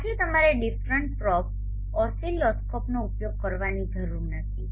ત્યાંથી તમારે differential probe ઓસિલોસ્કોપનો ઉપયોગ કરવાની જરૂર નથી